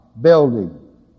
building